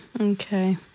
Okay